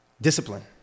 Discipline